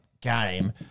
game